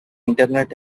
internet